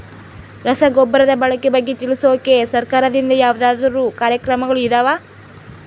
ರಸಗೊಬ್ಬರದ ಬಳಕೆ ಬಗ್ಗೆ ತಿಳಿಸೊಕೆ ಸರಕಾರದಿಂದ ಯಾವದಾದ್ರು ಕಾರ್ಯಕ್ರಮಗಳು ಇದಾವ?